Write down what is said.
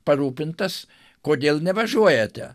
parūpintas kodėl nevažiuojate